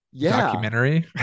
documentary